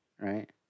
Right